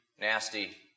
nasty